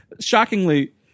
Shockingly